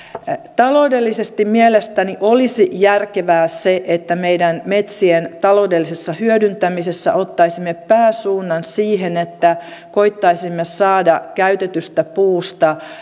taloudellisesti mielestäni olisi järkevää se että meidän metsien taloudellisessa hyödyntämisessä ottaisimme pääsuunnan siihen että koettaisimme saada käytetystä puusta